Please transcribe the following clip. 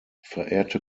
verehrte